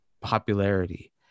popularity